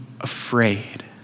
afraid